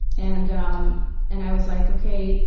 and um and i was like, okay,